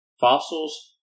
Fossils